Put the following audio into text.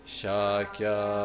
Shakya